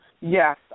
Yes